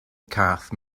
cath